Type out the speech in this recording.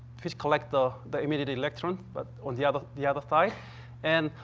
which collects the the emitted electrons, but on the other the other side. and,